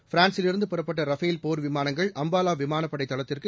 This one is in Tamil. ஃபிரான்ஸிலிருந்து புறப்பட்ட ரஃபேல் போர் விமானங்கள் அம்பாலா விமானப்படை தளத்திற்கு